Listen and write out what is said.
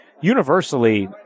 universally